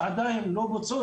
שעדיין לא בוצעו.